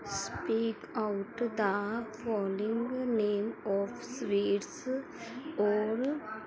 speak out the following names of sweets ਔਰ